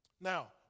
Now